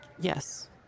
yes